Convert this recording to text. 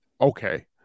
okay